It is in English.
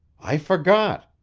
i forgot!